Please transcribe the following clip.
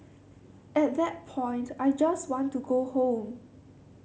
at that point I just want to go home